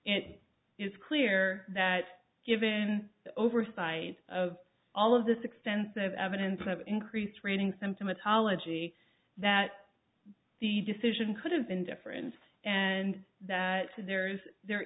it is clear that given over sides of all of this extensive evidence of increased ratings symptomatology that the decision could have been different and that there's there